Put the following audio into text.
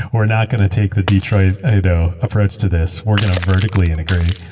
we're not going to take the detroit you know approach to this. we're going to vertically-integrate.